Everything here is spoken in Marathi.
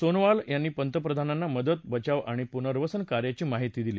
सोनोवाल यांनी प्रधानमंत्र्यांना मदत बचाव आणि पुनर्वसन कार्याची माहिती दिली